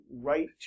right